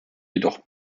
jedoch